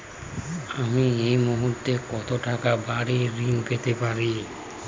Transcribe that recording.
আমি এই মুহূর্তে কত টাকা বাড়ীর ঋণ পেতে পারি?